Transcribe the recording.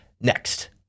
Next